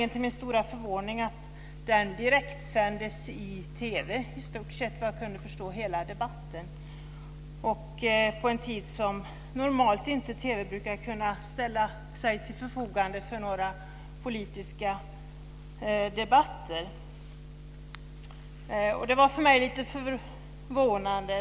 Till min stora förvåning upptäckte jag att, såvitt jag förstår, i stort sett hela debatten direktsändes i TV, på en tid då TV normalt inte brukar kunna ställa sig till förfogande för politiska debatter. För mig var det lite förvånande.